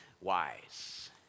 wise